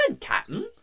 Captain